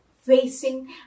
facing